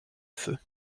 feu